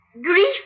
Grief